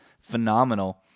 phenomenal